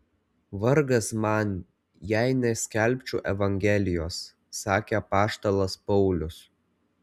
vargas man jei neskelbčiau evangelijos sakė apaštalas paulius